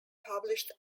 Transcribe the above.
published